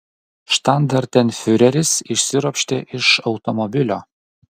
štandartenfiureris išsiropštė iš automobilio